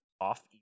off